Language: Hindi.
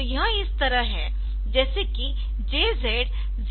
तो यह इस तरह है जैसे कि JZ 0AH